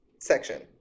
section